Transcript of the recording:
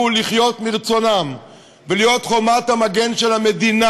לחיות מרצונם ולהיות חומת המגן של המדינה,